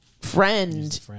friend